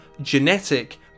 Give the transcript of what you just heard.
genetic